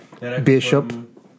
Bishop